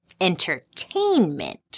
entertainment